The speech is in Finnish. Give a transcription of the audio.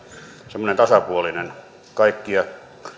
semmoinen tasapuolinen kaikkia